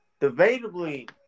Debatably